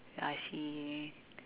I see